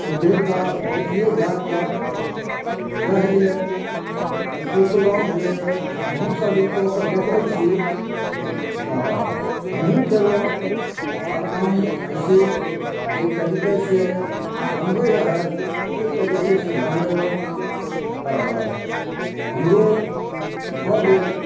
किछु देर कऽ देखियै जा कऽ रहियै तऽ सोचलहुॅं जे हमहूँ सब ई कऽ कऽ देखै छी तऽ हमहूँ केलहुॅं बागबानी एहिसे जाहि तरीका से बनबै रहै ओहि तरीका से बनेलहुॅं तऽ हमरो भऽ गेल